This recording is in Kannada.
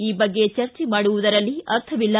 ಆ ಬಗ್ಗೆ ಚರ್ಚೆ ಮಾಡುವುದರಲ್ಲಿ ಅರ್ಥವಿಲ್ಲ